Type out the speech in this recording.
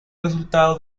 resultado